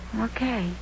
Okay